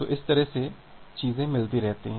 तो इस तरह से चीजें मिलती रहती हैं